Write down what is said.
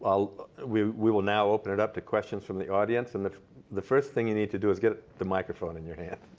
um we we will now open it up to questions from the audience. and the the first thing you need to do is get the microphone in your hand.